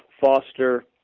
foster